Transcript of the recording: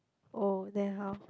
oh then how